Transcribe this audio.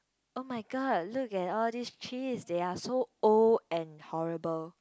oh-my-God look at all these cheese they are so old and horrible